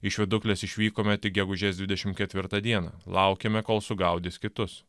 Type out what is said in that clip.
iš viduklės išvykome tik gegužės dvidešimt ketvirtą dieną laukėme kol sugaudys kitus